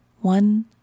One